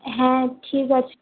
হ্যাঁ ঠিক আছে